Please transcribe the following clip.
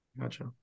Gotcha